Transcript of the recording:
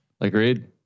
Agreed